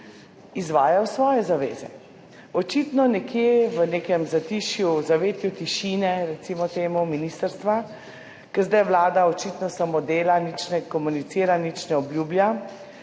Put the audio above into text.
izvajajo svoje zaveze. Očitno nekje v nekem zatišju, v zavetju tišine, recimo temu ministrstva, ker zdaj Vlada očitno samo dela, nič ne komunicira, nič ne obljublja,